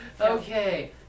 Okay